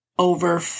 over